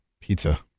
pizza